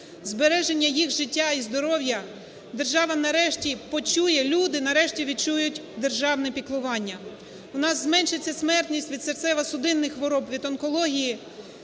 збереження їх життя і здоров'я, держава, нарешті, почує, люди, нарешті, відчують державне піклування. У нас зменшиться смертність від серцево-судинних хвороб, від онкології.